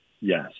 Yes